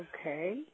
Okay